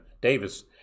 Davis